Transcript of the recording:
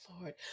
lord